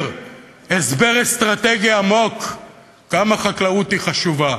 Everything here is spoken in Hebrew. הסבר אסטרטגי עמוק כמה חקלאות חשובה.